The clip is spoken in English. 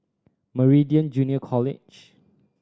Meridian Junior College